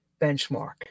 benchmark